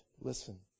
Listen